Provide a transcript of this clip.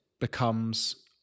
becomes